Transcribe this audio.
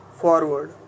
forward